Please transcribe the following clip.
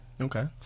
Okay